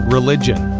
Religion